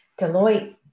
Deloitte